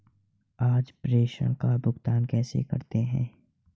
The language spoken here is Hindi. आप प्रेषण का भुगतान कैसे करते हैं?